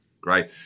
great